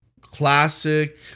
classic